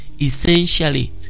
essentially